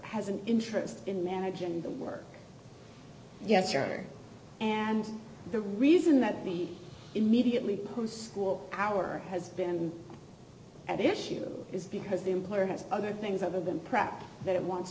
has an interest in managing the work yes sir and the reason that the immediately post school hour has been at issue is because the employer has other things other than property that it